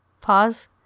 pause